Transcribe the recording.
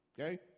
Okay